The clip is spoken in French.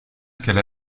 qu’elle